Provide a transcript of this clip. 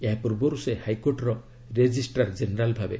ଏହା ପୂର୍ବରୁ ସେ ହାଇକୋର୍ଟର ରେଜିଷ୍ଟ୍ରାର୍ ଜେନେରାଲ୍ ଥିଲେ